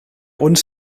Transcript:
uns